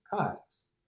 cuts